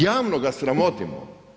Javno ga sramotimo.